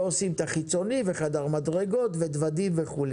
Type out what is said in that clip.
ועושים את החיצוני, וחדר מדרגות, ודוודים וכו'.